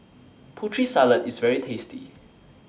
Putri Salad IS very tasty